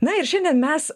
na ir šiandien mes